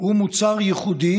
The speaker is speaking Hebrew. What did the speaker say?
הוא מוצר ייחודי,